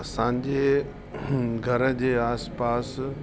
असांजे घर जे आसपास